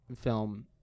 film